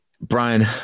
Brian